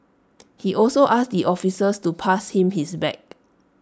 he also asked the officers to pass him his bag